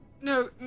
No